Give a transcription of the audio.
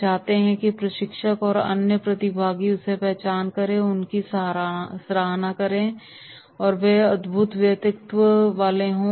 वे चाहते हैं कि प्रशिक्षक और अन्य प्रतिभागी उसे पहचानें और उनकी सराहना करें और कहें कि वह एक अद्भुत व्यक्तित्व है